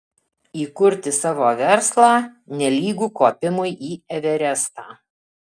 įkurti savo verslą nelygu kopimui į everestą